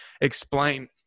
explain